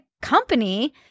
company